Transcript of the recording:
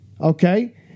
okay